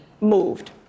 moved